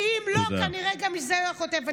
שאם לא, כנראה גם מזה הוא היה חוטף.